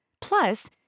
Plus